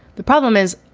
the problem is,